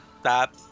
Stop